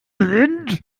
blind